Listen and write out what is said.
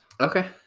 Okay